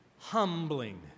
humbling